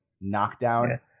knockdown